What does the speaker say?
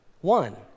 One